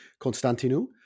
Constantinou